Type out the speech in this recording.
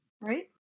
right